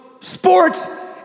sports